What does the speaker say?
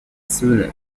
söhne